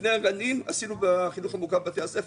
לפני הגנים עשינו בחינוך המוכר בבתי הספר.